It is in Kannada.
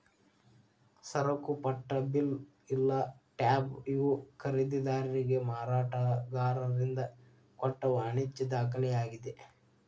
ಸರಕುಪಟ್ಟ ಬಿಲ್ ಇಲ್ಲಾ ಟ್ಯಾಬ್ ಇವು ಖರೇದಿದಾರಿಗೆ ಮಾರಾಟಗಾರರಿಂದ ಕೊಟ್ಟ ವಾಣಿಜ್ಯ ದಾಖಲೆಯಾಗಿದೆ